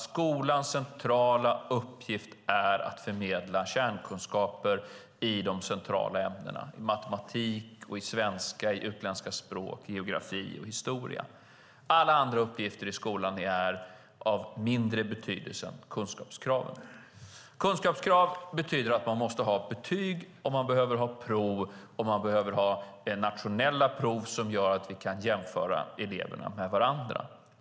Skolans centrala uppgift är att förmedla kärnkunskaper i de centrala ämnena matematik, svenska, utländska språk, geografi och historia. Alla andra uppgifter i skolan är av mindre betydelse än kunskapskraven. Kunskapskrav betyder att man måste ha betyg. Man behöver ha prov, och man behöver ha nationella prov som gör att vi kan jämföra eleverna med varandra.